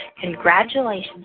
Congratulations